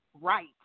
right